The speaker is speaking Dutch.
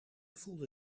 voelde